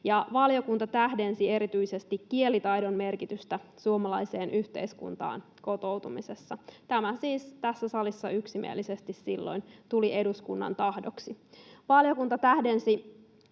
ja valiokunta tähdensi erityisesti kielitaidon merkitystä suomalaiseen yhteiskuntaan kotoutumisessa. Tämä siis tässä salissa yksimielisesti silloin tuli eduskunnan tahdoksi. Eduskunta hyväksyi